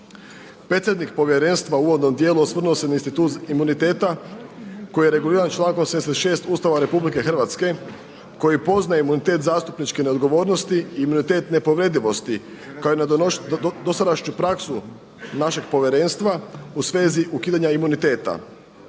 Predsjednik Povjerenstva u uvodnom dijelu osvrnuo se na institut imuniteta koji je reguliran člankom 86. Ustava Republike Hrvatske koji poznaje imunitet zastupničke neodgovornosti i imunitet nepovredivosti kao i dosadašnju praksu našeg Povjerenstva u svezi ukidanja imuniteta.